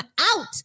out